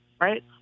right